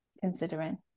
considering